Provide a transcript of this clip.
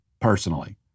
personally